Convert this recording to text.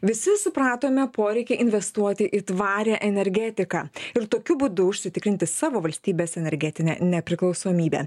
visi supratome poreikį investuoti į tvarią energetiką ir tokiu būdu užsitikrinti savo valstybės energetinę nepriklausomybę